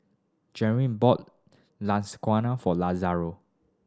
bought Lasagna for Lazaro